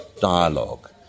dialogue